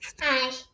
hi